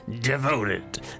Devoted